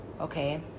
okay